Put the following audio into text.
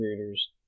creators